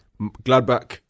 Gladbach